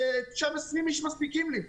שם 20 איש מספיקים לי.